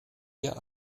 hier